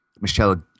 Michelle